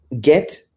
Get